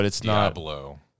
Diablo